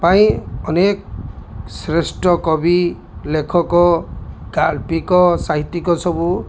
ପାଇଁ ଅନେକ ଶ୍ରେଷ୍ଠ କବି ଲେଖକ ଗାଳ୍ପିକ ସାହିତ୍ୟିକ ସବୁ